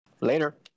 Later